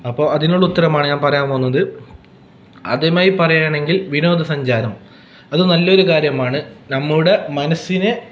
അതിനുള്ള ഉത്തരമാണ് ഞാൻ പറയാൻ പോവുന്നത് ആദ്യമായി പറയുകയാണങ്കിൽ വിനോദ സഞ്ചാരം അത് നല്ലൊരു കാര്യമാണ് നമ്മുടെ മനസ്സിനെ